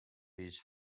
his